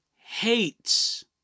hates